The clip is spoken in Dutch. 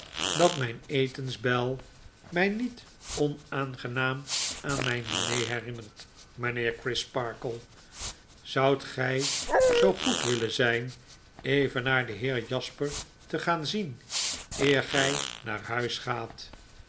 dat myn etensbel my niet onaangenaam aan mijn diner herinnert mynheer crisparkle zoudt gy zoo goed willen zyn even naar den heer jasper te gaan zien eer gy naar huis gaat